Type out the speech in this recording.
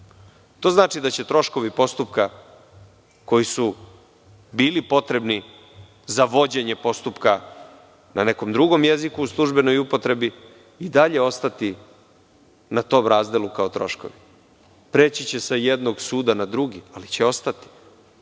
to znači da će troškovi postupka koji su bili potrebni za vođenje postupka na nekom drugom jeziku u službenoj upotrebi i dalje ostati na tom razdelu kao troškovi. Preći će sa jednog suda na drugi, ali će ostati